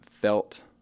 felt